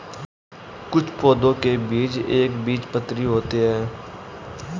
कुछ पौधों के बीज एक बीजपत्री होते है